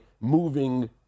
moving